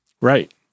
Right